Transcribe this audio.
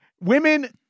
women